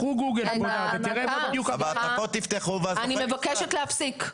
אני מבקשת להפסיק.